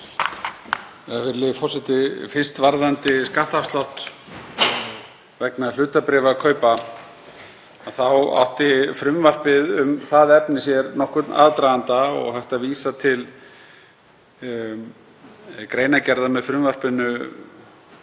Virðulegur forseti. Fyrst varðandi skattafslátt vegna hlutabréfakaupa þá átti frumvarpið um það efni sér nokkurn aðdraganda og hægt er að vísa til greinargerðar með frumvarpinu